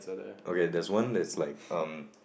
okay there's one that's like um